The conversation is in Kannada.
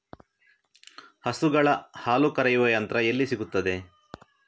ಹಸುಗಳ ಹಾಲು ಕರೆಯುವ ಯಂತ್ರ ಎಲ್ಲಿ ಸಿಗುತ್ತದೆ?